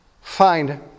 find